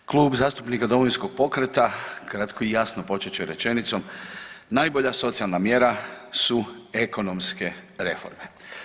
Klub zastupnika Domovinskog pokreta kratko i jasno počet će rečenicom, najbolja socijalna mjera su ekonomske reforme.